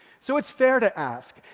so it's fair to ask,